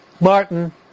Martin